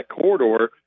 corridor